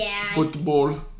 Football